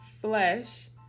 flesh